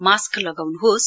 mask लगाउनुहोस्